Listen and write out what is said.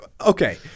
okay